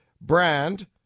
brand